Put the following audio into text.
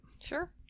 Sure